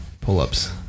pull-ups